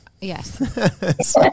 Yes